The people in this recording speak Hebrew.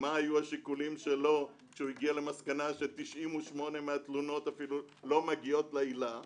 מה היו שיקוליו כשהגיע למסקנה ש-98 מהתלונות אפילו לא מגיעות לעילה.